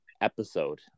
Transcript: episode